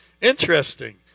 Interesting